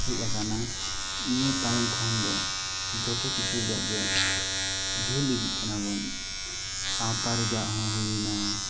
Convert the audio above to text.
ᱦᱮᱡ ᱟᱠᱟᱱᱟ ᱤᱱᱟᱹ ᱛᱟᱭᱚᱢ ᱠᱷᱚᱱ ᱫᱚ ᱡᱚᱛᱚ ᱠᱤᱪᱷᱩ ᱡᱟᱜ ᱜᱮ ᱡᱟᱹᱞ ᱤᱫᱤᱜ ᱠᱟᱱᱟ ᱵᱚᱱ ᱥᱟᱶᱛᱟ ᱨᱮᱭᱟᱜ ᱦᱚᱸ ᱦᱩᱭᱮᱱᱟ